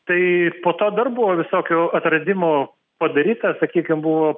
tai po to dar buvo visokių atradimų padaryta sakykim buvo